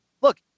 Look